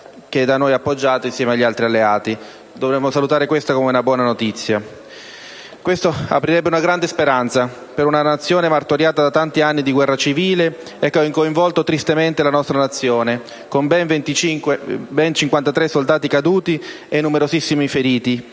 che è da noi appoggiato insieme agli altri alleati. Dovremmo salutare questa come una buona notizia. Questo aprirebbe una grande speranza per una Nazione martoriata da tanti anni di guerra civile, e che ha coinvolto tristemente la nostra Nazione, con ben 53 soldati caduti e numerosissimi feriti,